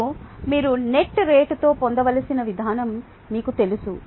ఇప్పుడు మీరు నెట్ రేటుతో పొందవలసిన విధానం మీకు తెలుసు